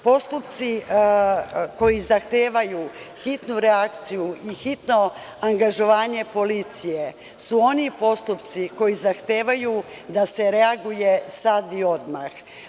Postupci koji zahtevaju hitnu reakciju i hitno angažovanje policije su oni postupci koji zahtevaju da se reaguje sad i odmah.